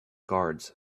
guards